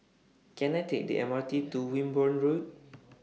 Can I Take The M R T to Wimborne Road